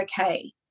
okay